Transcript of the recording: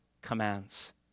commands